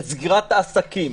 את סגירת העסקים,